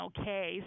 okay